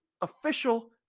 official